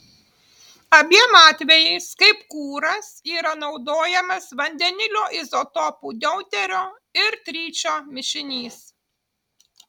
abiem atvejais kaip kuras yra naudojamas vandenilio izotopų deuterio ir tričio mišinys